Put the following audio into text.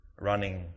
running